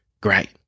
Great